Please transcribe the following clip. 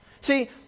See